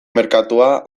merkatua